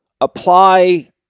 apply